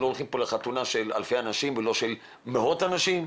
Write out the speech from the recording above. לא הולכים פה לחתונה של אלפי אנשים ולא של מאות אנשים.